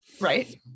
Right